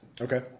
Okay